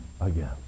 again